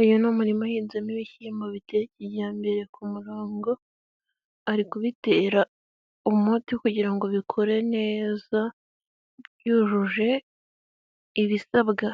Uyu ni umurima uhinzemo ibishyimbo biteye kijyambere ku murongo, ari kubitera umuti kugira ngo bikure neza byujuje ibisabwa,